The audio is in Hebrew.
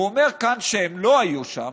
הוא אומר כאן שהם לא היו שם,